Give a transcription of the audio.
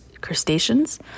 crustaceans